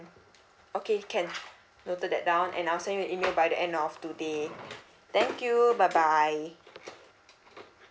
okay can noted that down and I will send you an email by the end of today thank you bye bye